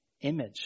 image